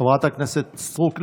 חברת הכנסת סטרוק,